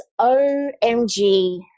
OMG